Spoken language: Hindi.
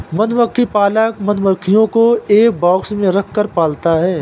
मधुमक्खी पालक मधुमक्खियों को एक बॉक्स में रखकर पालता है